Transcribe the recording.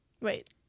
Wait